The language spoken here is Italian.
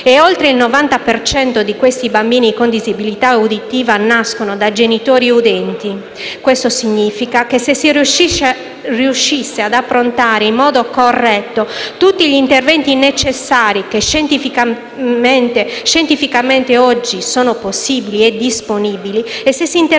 e oltre il 90 per cento di questi bambini con disabilità uditiva nascono da genitori udenti. Questo significa che, se si riuscissero ad approntare in modo corretto tutti gli interventi necessari che scientificamente oggi sono possibili e disponibili e se si intervenisse